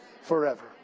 forever